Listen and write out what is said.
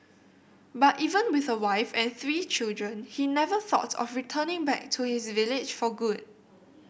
but even with a wife and three children he never thought of returning back to his village for good